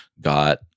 got